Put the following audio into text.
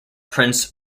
prince